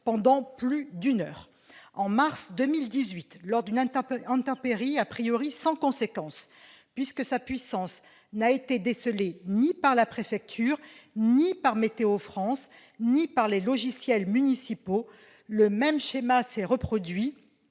de la commune de Biot. En mars 2018, lors d'une intempérie sans conséquence, puisque sa puissance n'a été décelée ni par la préfecture, ni par Météo France, ni par les logiciels municipaux, le même schéma s'est reproduit.